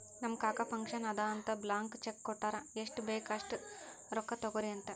ನಮ್ ಕಾಕಾ ಫಂಕ್ಷನ್ ಅದಾ ಅಂತ್ ಬ್ಲ್ಯಾಂಕ್ ಚೆಕ್ ಕೊಟ್ಟಾರ್ ಎಷ್ಟ್ ಬೇಕ್ ಅಸ್ಟ್ ರೊಕ್ಕಾ ತೊಗೊರಿ ಅಂತ್